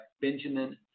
Benjamin